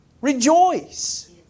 Rejoice